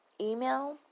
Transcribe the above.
email